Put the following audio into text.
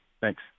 Thanks